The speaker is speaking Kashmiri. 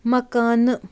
مکانہٕ